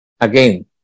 again